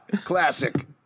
Classic